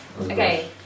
Okay